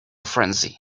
frenzy